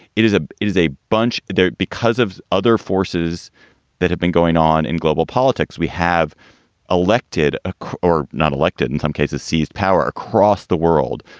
it is a it is a bunch there because of other forces that have been going on in global politics. we have elected ah or not elected in some cases seized power across the world.